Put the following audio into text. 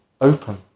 open